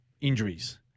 injuries